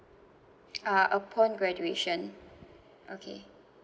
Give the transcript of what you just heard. ah upon graduation okay